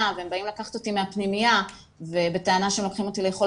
והם באים לקחת אותי מהפנימייה בתואנה שהם לוקחים אותי לאכול